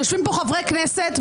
יושבים פה חברי כנסת,